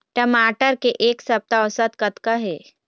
टमाटर के एक सप्ता औसत कतका हे?